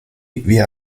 via